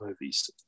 movies